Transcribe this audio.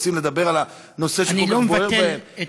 רוצים לדבר על הנושא שכל כך בוער בהם,